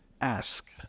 ask